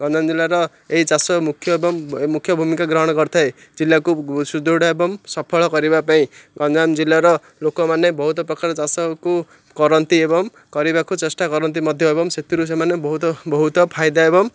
ଗଞ୍ଜାମ ଜିଲ୍ଲାର ଏଇ ଚାଷ ମୁଖ୍ୟ ଏବଂ ମୁଖ୍ୟ ଭୂମିକା ଗ୍ରହଣ କରିଥାଏ ଜିଲ୍ଲାକୁ ସୁଦୃଢ଼ ଏବଂ ସଫଳ କରିବା ପାଇଁ ଗଞ୍ଜାମ ଜିଲ୍ଲାର ଲୋକମାନେ ବହୁତ ପ୍ରକାର ଚାଷକୁ କରନ୍ତି ଏବଂ କରିବାକୁ ଚେଷ୍ଟା କରନ୍ତି ମଧ୍ୟ ଏବଂ ସେଥିରୁ ସେମାନେ ବହୁତ ବହୁତ ଫାଇଦା ଏବଂ